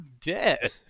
dead